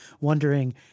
wondering